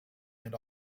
and